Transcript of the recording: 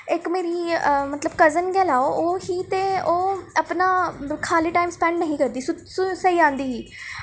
इक मेरी मतलब कजन गै लैओ ओह् ही ते ओह् अपना खाली टाइम स्पैंड निं हा करदी सुत सु सेई जंदी ही